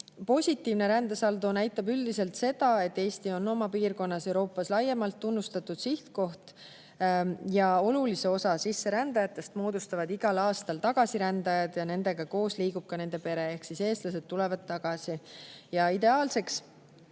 Positiivne rändesaldo näitab üldiselt seda, et Eesti on oma piirkonnas Euroopas laiemalt tunnustatud sihtkoht. Ja olulise osa sisserändajatest moodustavad igal aastal tagasirändajad ning nendega koos liigub ka nende pere ehk eestlased tulevad tagasi. Ideaalseks